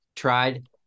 Tried